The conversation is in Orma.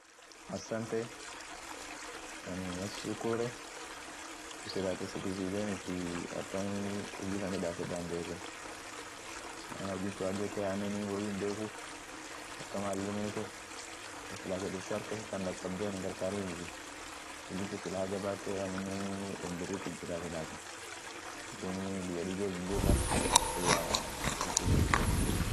Italinii ada ishia ada biria taa muzikiat ta sagaleati iyo fashion birii kabdie ishinii party gudio datee kwanzia roman empire lafsun tam ishiat inama wari doine akiii renasasa sobarokio rokoko faa muzikine akii lusiana pabarutia andra bukeli faa sagalene birii nyatie spaghetti af pizza fashion ninen biria familia aminen dum katholikie ishin